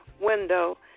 window